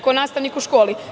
Kao nastavnik u školi.